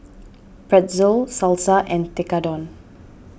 Pretzel Salsa and Tekkadon